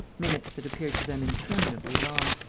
minutes that appeared to them interminably long.